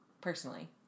personally